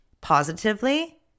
positively